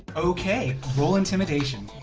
okay, roll intimidation.